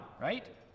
right